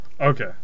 Okay